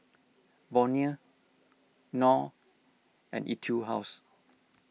Bonia Knorr and Etude House